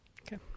Okay